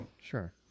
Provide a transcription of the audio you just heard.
sure